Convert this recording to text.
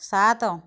ସାତ